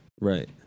Right